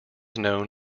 known